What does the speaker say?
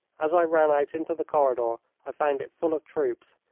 as i ran out into the corridor i found it full of troops,